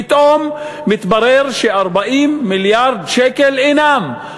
פתאום מתברר ש-40 מיליארד שקל אינם.